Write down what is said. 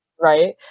right